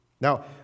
Now